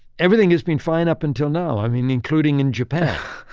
everything has been fine up until now. i mean, including in japan.